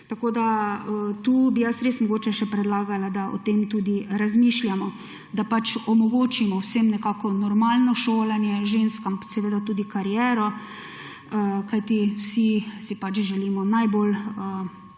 Tako da tu bi jaz res mogoče še predlagala, da o tem tudi razmišljamo, da pač omogočimo vsem nekako normalno šolanje, ženskam seveda tudi kariero, kajti vsi si pač želimo najbolj